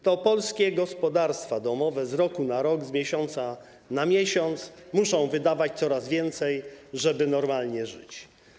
To polskie gospodarstwa domowe z roku na rok, z miesiąca na miesiąc muszą wydawać coraz więcej, żeby normalnie żyć.